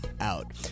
out